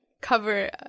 cover